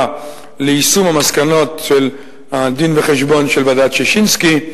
ליישום המסקנות של הדין-וחשבון של ועדת-ששינסקי,